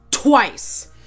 Twice